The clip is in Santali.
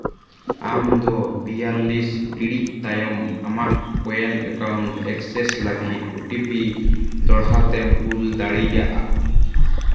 ᱟᱢ ᱫᱚ ᱵᱤᱭᱟᱞᱞᱤᱥ ᱴᱤᱲᱤᱡ ᱛᱟᱭᱚᱢ ᱟᱢᱟᱜ ᱠᱚᱭᱮᱱ ᱮᱠᱟᱣᱩᱱᱴ ᱮᱠᱥᱮᱥ ᱞᱟᱹᱜᱤᱫ ᱳ ᱴᱤ ᱯᱤ ᱫᱚᱦᱲᱟ ᱛᱮᱢ ᱠᱩᱞ ᱫᱟᱲᱤᱮᱭᱟᱜᱼᱟ